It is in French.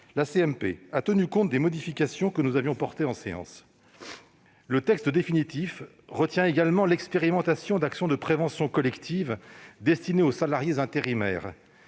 a tenu compte des modifications que nous avions apportées au texte en séance. La rédaction définitive retient également l'expérimentation d'actions de prévention collective destinées aux salariés intérimaires